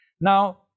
Now